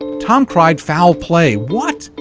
tom cried foul play. what?